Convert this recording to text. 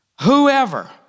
whoever